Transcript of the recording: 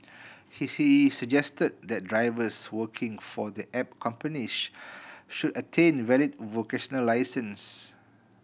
he he suggested that drivers working for the app companies should attain valid vocational licences